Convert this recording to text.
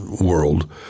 world